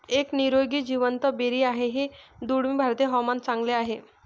एक निरोगी जिवंत बेरी आहे हे दुर्मिळ भारतीय हवामान चांगले आहे